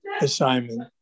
assignment